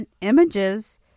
images